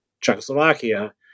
Czechoslovakia